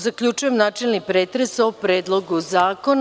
Zaključujem načelni pretres o Predlogu zakona.